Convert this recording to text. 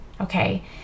Okay